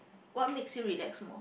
what makes you relax more